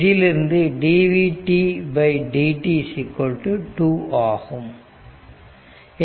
இதிலிருந்து dvt dt 2 ஆகும்